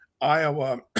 Iowa